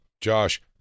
Josh